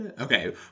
Okay